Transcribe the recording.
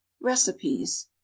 recipes